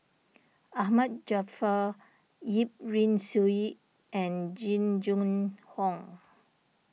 Ahmad Jaafar Yip Pin Xiu and Jing Jun Hong